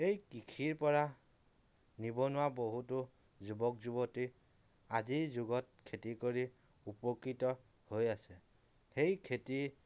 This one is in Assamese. এই কৃষিৰ পৰা নিবনুৱা বহুতো যুৱক যুৱতী আজিৰ যুগত খেতি কৰি উপকৃত হৈ আছে সেই খেতি